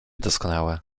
doskonałe